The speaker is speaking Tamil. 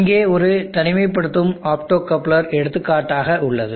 இங்கே ஒரு தனிமைப்படுத்தும் ஆப்டோகப்லர் எடுத்துக்காட்டாக உள்ளது